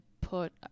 put